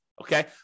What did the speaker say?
Okay